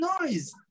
noise